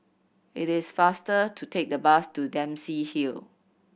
it is faster to take the bus to Dempsey Hill